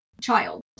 child